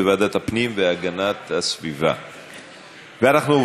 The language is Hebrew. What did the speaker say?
לוועדת הפנים והגנת הסביבה נתקבלה.